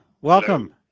welcome